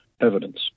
evidence